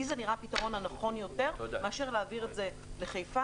לי זה נראה הפתרון הנכון יותר מאשר להעביר את השדה לחיפה.